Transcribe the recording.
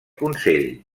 consell